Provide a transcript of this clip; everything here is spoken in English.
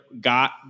got